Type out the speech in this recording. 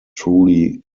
truly